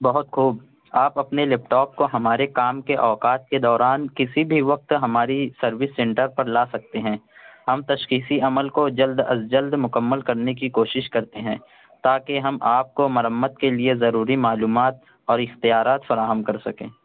بہت خوب آپ اپنے لیپٹاپ کو ہمارے کام کے اوقات کے دوران کسی بھی وقت ہماری سروس سینٹر پر لا سکتے ہیں ہم تشخیصی عمل کو جلد از جلد مکمل کرنے کی کوشش کرتے ہیں تاکہ ہم آپ کو مرمت کے لیے ضروری معلومات اور اختیارات فراہم کر سکیں